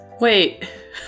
wait